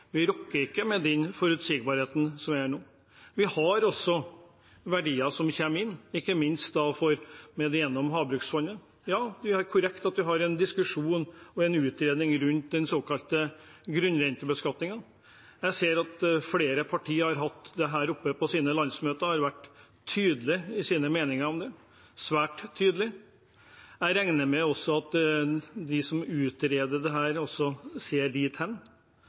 ikke rokker ved den forutsigbarheten som er nå. Det er også verdier som kommer inn, ikke minst gjennom Havbruksfondet. Ja, det er korrekt at vi har en diskusjon og en utredning rundt den såkalte grunnrentebeskatningen. Jeg ser at flere partier har tatt dette opp på sine landsmøter og har vært tydelige i sine meninger om det, svært tydelige. Jeg regner med at de som utreder dette, ser dit hen.